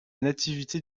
nativité